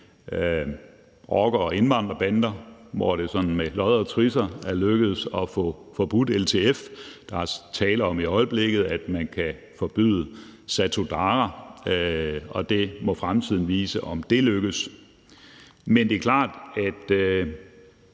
rocker- og indvandrerbander, hvor det sådan med lodder og trisser er lykkedes at få forbudt LTF. Der er tale om i øjeblikket, at man kan forbyde Satudarah, og fremtiden må jo vise, om det vil lykkes. Men det er klart, at